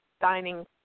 dining